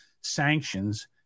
sanctions